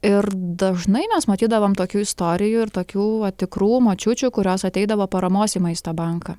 ir dažnai mes matydavom tokių istorijų ir tokių va tikrų močiučių kurios ateidavo paramos į maisto banką